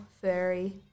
furry